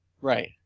Right